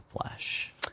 flesh